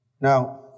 Now